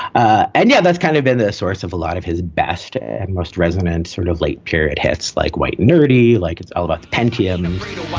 ah and yeah, that's kind of been a source of a lot of his best and most resonant sort of late period hits like white nerdy, like it's all about the pentium